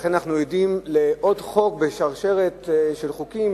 ולכן אנחנו עדים לעוד חוק בשרשרת של חוקים